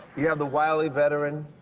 you have the wily veteran.